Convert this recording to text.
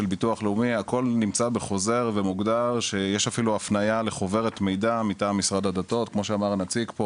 יש אפילו הפניה לחוברת מידע מטעם המשרד לשירותי דת כמו שגם אמר הנציג.